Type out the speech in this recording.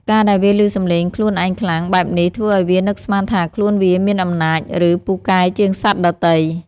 ការដែលវាឮសំឡេងខ្លួនឯងខ្លាំង បែបនេះធ្វើឱ្យវានឹកស្មានថាខ្លួនវាមានអំណាច ឬពូកែជាងសត្វដទៃ។